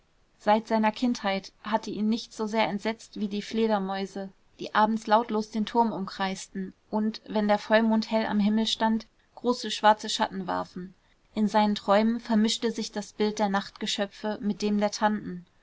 seit seiner kindheit hatte ihn nichts so sehr entsetzt wie die fledermäuse die abends lautlos den turm umkreisten und wenn der vollmond hell am himmel stand große schwarze schatten warfen in seinen träumen vermischte sich das bild der nachtgeschöpfe mit dem